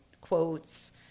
quotes